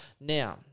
Now